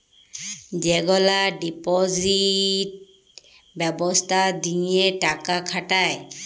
যেগলা ডিপজিট ব্যবস্থা দিঁয়ে টাকা খাটায়